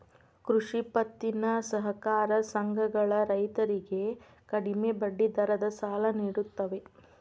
ಕೃಷಿ ಪತ್ತಿನ ಸಹಕಾರ ಸಂಘಗಳ ರೈತರಿಗೆ ಕಡಿಮೆ ಬಡ್ಡಿ ದರದ ಸಾಲ ನಿಡುತ್ತವೆ